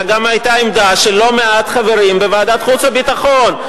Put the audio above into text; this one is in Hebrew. אלא זו גם היתה עמדה של לא מעט חברים בוועדת חוץ וביטחון.